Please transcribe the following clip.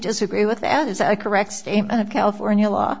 disagree with that is a correct statement of california law